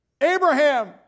Abraham